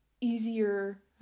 easier